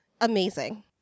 Amazing